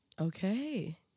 okay